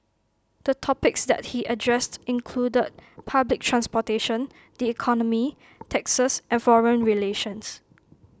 the topics that he addressed included public transportation the economy taxes and foreign relations